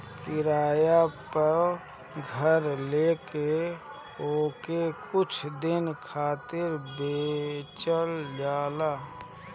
किराया पअ घर लेके ओके कुछ दिन खातिर बेचल जाला